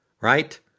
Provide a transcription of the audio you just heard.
right